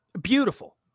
Beautiful